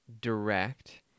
direct